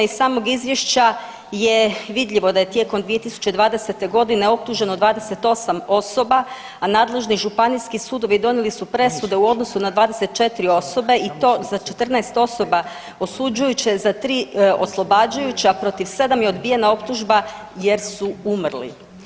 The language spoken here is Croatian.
Iz samog izvješća je vidljivo da je tijekom 2020. godine optuženo 28 osoba, a nadležni županijski sudovi donijeli su presude u odnosu na 24 osobe i to za 14 osoba osuđujuće, za 3 oslobađajuće, a protiv 7 je odbijena optužba jer su umrli.